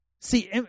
See